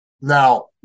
now